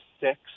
six